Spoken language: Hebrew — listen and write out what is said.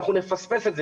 אנחנו נפספס את זה.